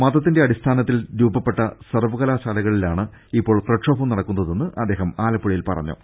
മതാടിസ്ഥാനത്തിൽ രൂപപ്പെട്ട സർവ കലാശാലകളിലാണ് ഇപ്പോൾ പ്രക്ഷോഭം നടക്കുന്നതെന്ന് അദ്ദേഹം ആലപ്പുഴയിൽ പറഞ്ഞു